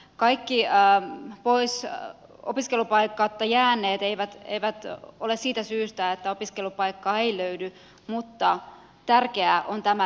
kaikki opiskelupaikatta jäämiset eivät johdu siitä että opiskelupaikkaa ei löydy mutta tärkeää on tämä lisäys